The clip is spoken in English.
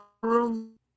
room